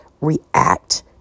react